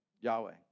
Yahweh